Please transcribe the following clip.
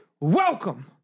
Welcome